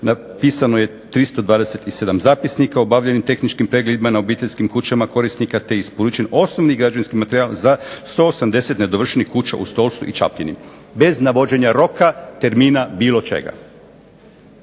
napisano je 327 zapisnika o obavljenim tehničkim pregledima na obiteljskim kućama korisnika, te isporučen osobni građevinski materijal za 180 nedovršenih kuća u Stocu i Čapljini bez navođenja roka, termina, bilo čega.